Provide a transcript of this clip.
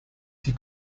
die